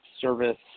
service